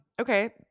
Okay